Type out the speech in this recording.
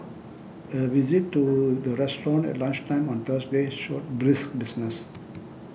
a visit to the restaurant at lunchtime on Thursday showed brisk business